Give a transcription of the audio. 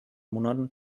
monaten